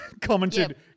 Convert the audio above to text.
commented